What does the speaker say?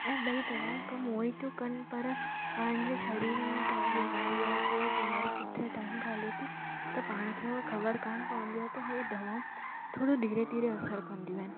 ऐं ॿई दवाऊं कमु ऊअं ई थियूं पर पंहिंजे शरीर में का बीमारी आहे केरु बीमारी केतिरे टाइम खां हले थी त पाण खे उहो ख़बर कोन पवंदी आहेव त उहो दवाऊं थोरो धीरे धीरे असरु कंदियूं आहिनि